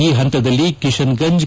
ಈ ಹಂತದಲ್ಲಿ ಕಿಶನ್ ಗಂಜ್